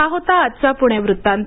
हा होता आजचा पुणे वृत्तांत